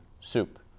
soup